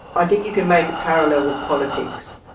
i think you can make a parallel with politics.